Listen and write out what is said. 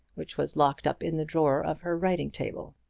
which was locked up in the drawer of her writing-table.